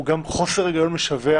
הוא גם חוסר היגיון משווע.